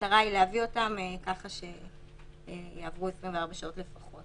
והמטרה היא להביא אותן ככה שיעברו 24 שעות לפחות,